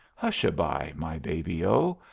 hush-a-by, my baby o.